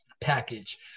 package